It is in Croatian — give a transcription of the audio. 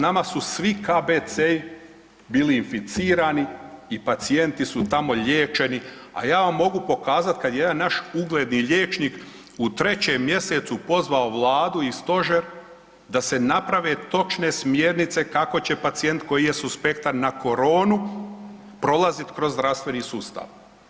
Nama su svi KBC-i bili inficirani i pacijenti su tamo liječeni, a ja vam mogu pokazati kada je jedan naš ugledni liječnik u 3. mjesecu pozvao Vladu i stožer da se naprave točne smjernice kako će pacijent koji je suspektan na koronu prolaziti kroz zdravstveni sustav.